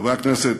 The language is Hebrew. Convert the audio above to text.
חברי הכנסת,